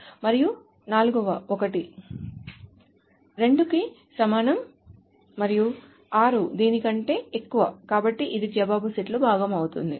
మరియు నాల్గవ ఒకటి 2 కి సమానం మరియు 6 దీని కంటే ఎక్కువ కాబట్టి ఇది జవాబు సెట్లో భాగం అవుతుంది